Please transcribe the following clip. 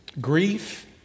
grief